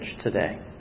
today